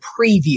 preview